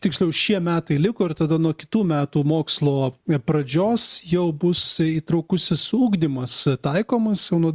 tiksliau šie metai liko ir tada nuo kitų metų mokslo pradžios jau bus įtraukusis ugdymas taikomas nuo